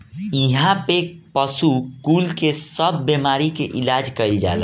इहा पे पशु कुल के सब बेमारी के इलाज कईल जाला